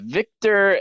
Victor